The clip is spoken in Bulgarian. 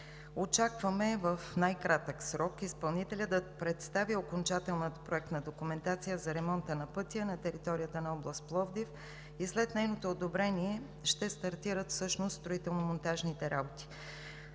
Очакваме в най-кратък срок изпълнителят да представи окончателната проектна документация за ремонта на пътя на територията на област Пловдив и след нейното одобрение ще стартират всъщност строително монтажните работи.